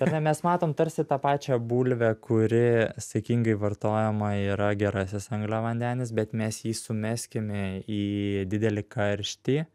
ar ne mes matom tarsi tą pačią bulvę kuri saikingai vartojama yra gerasis angliavandenis bet mes jį sumeskime į didelį karštį